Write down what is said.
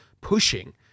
pushing